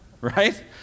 right